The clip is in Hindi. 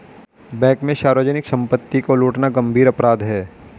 बैंक में सार्वजनिक सम्पत्ति को लूटना गम्भीर अपराध है